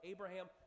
Abraham